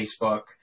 Facebook